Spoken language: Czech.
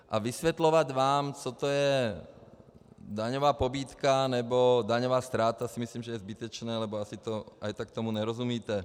A vysvětlovat vám, co to je daňová pobídka nebo daňová ztráta, si myslím, že je zbytečné, i tak tomu nerozumíte.